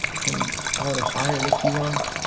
can auto hide it if you want.